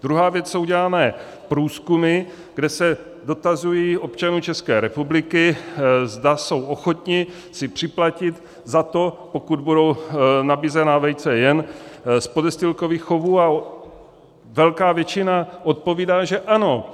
Druhá věc co uděláme, průzkumy, kde se dotazují občanů České republiky, zda jsou ochotni si připlatit za to, pokud budou nabízená vejce jen z podestýlkových chovů, a velká většina odpovídá, že ano.